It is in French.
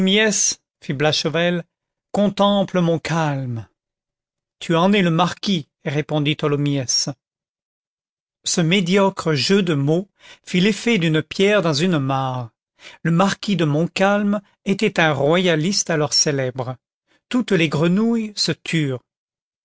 fit blachevelle contemple mon calme tu en es le marquis répondit tholomyès ce médiocre jeu de mots fit l'effet d'une pierre dans une mare le marquis de montcalm était un royaliste alors célèbre toutes les grenouilles se turent